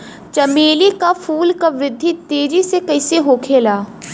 चमेली क फूल क वृद्धि तेजी से कईसे होखेला?